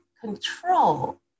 control